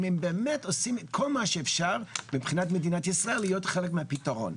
אם הם באמת עושים את כל מה שאפשר מבחינת מדינת ישראל להיות חלק מהפתרון.